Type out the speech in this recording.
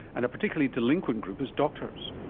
and a particularly delinquent group is doctors.